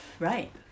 Right